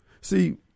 see